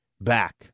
back